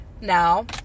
Now